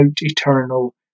eternal